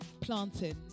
Planting